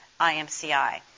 IMCI